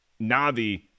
Navi